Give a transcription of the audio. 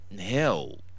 hell